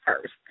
first